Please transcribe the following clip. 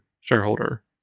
shareholder